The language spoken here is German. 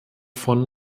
von